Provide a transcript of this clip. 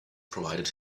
provided